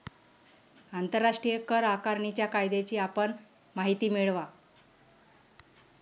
आंतरराष्ट्रीय कर आकारणीच्या कायद्याची आपण माहिती मिळवा